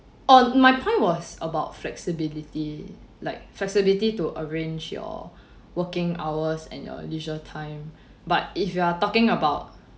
on my point was about flexibility like flexibility to arrange your working hours and your leisure time but if you are talking about